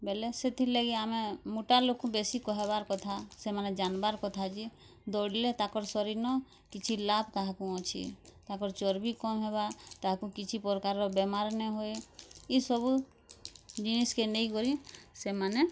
ବେଲେ ସେଥିର୍ ଲାଗି ଆମେ୍ ମୁଟା ଲୋକ୍କୁ ବେଶୀ କହବାର୍ କଥା ସେମାନେ ଯାନବାର୍ କଥା ଯେ ଦୌଡ଼ି ଲେ ତାକର୍ ଶରୀର୍ ନ୍ କିଛି ଲାଭ୍ କାହାକୁ ଅଛି ତାକର୍ ଚର୍ବି କମ୍ ହବା ତାହାକୁ କିଛି ପ୍ରକାର୍ ର ବେମାର୍ ନା ହୁଏ ଇ ସବୁ ଜିନିଷ୍ କେ ନେଇ କରି ସେମାନେ